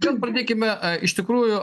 gal pradėkime iš tikrųjų